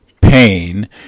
pain